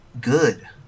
good